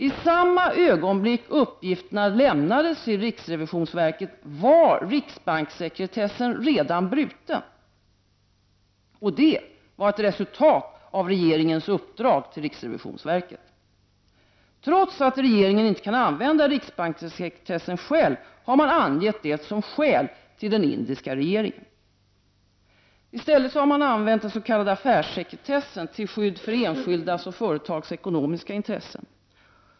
I samma ögonblick uppgifterna lämnades till riksrevisionsverket var riksbankssekretessen redan bruten, och det var ett resultat av regeringens uppdrag till riksrevisionsverket. Trots att regeringen inte kan använda riksbankssekretessen själv har man angett den som skäl till den indiska regeringen. I stället har man använt den s.k. affärssekretessen till skydd för enskildas och företags ekonomiska intressen.